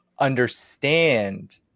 understand